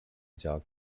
talk